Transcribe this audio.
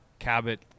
Cabot